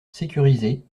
sécurisés